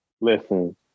Listen